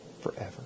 forever